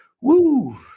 Woo